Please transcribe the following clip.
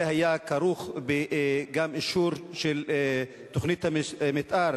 זה היה כרוך גם באישור של תוכנית המיתאר